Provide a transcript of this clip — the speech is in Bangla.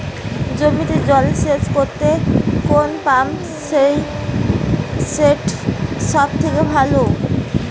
জমিতে জল সেচ করতে কোন পাম্প সেট সব থেকে ভালো?